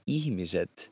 ihmiset